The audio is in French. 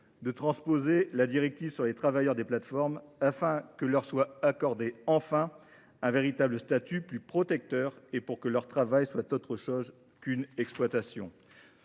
de transposer la directive sur les travailleurs des plateformes, afin que soit enfin accordé à ces derniers un véritable statut, plus protecteur, et que leur travail soit autre chose qu’une exploitation.